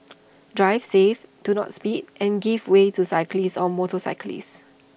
drive safe do not speed and give way to cyclists or motorcyclists